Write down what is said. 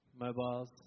mobiles